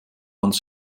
ans